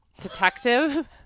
detective